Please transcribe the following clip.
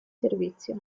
servizio